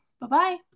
Bye-bye